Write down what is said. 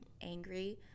angry